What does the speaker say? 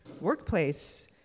workplace